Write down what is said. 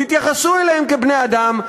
תתייחסו אליהם כאל בני-אדם,